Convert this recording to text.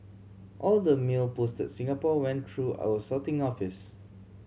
all the mail posted Singapore went through our sorting office